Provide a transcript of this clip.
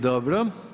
Dobro.